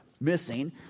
missing